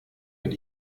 mit